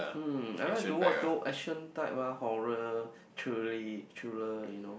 mm I like to watch those action type ah horror truly thriller you know